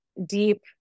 deep